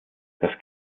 das